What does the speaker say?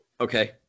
Okay